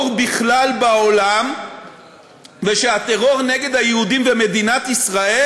בכלל בעולם ושהטרור נגד היהודים ומדינת ישראל